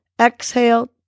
exhale